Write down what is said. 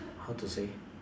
how to say